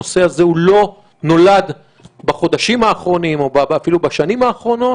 הנושא הזה לא נולד בחודשים האחרונים או אפילו בשנים האחרונות,